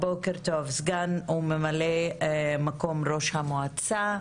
בוקר טוב, סגן וממלא מקום ראש המועצה.